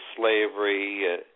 slavery